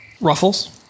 Ruffles